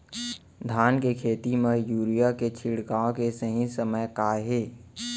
धान के खेती मा यूरिया के छिड़काओ के सही समय का हे?